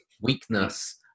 weakness